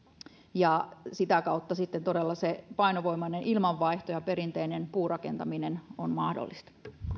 ja sitä kautta sitten todella painovoimainen ilmanvaihto ja perinteinen puurakentaminen on mahdollista